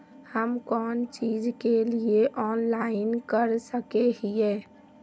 हम कोन चीज के लिए ऑनलाइन कर सके हिये?